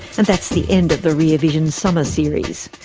and that's the end of the rear vision summer series.